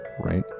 right